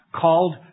Called